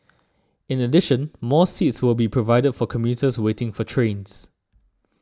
in addition more seats will be provided for commuters waiting for trains